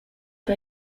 pas